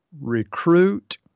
recruit